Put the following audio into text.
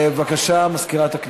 בבקשה, מזכירת הכנסת.